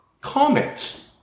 comments